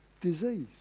disease